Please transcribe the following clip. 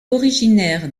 originaire